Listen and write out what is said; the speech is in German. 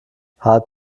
halb